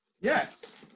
Yes